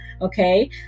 Okay